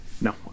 No